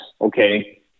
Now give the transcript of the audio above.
okay